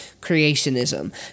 Creationism